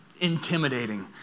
intimidating